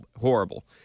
horrible